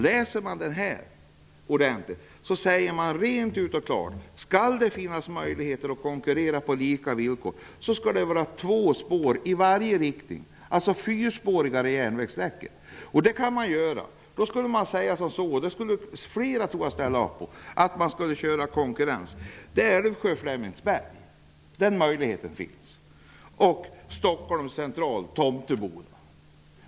Läser man den här boken ordentligt kan man se att det skall vara två spår i varje riktning om det skall det finns möjligheter att konkurrera på lika villkor. Det skall alltså vara fyrspåriga järnvägssträckor. Då kan man ha konkurrens på sträckan Älvsjö-- Flemmingsberg. Den möjligheten finns. Och sedan kan man fortsätta på sträckan Stockholms central-- Tomteboda.